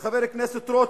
של חבר הכנסת רותם,